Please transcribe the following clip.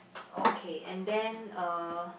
okay and then uh